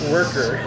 Worker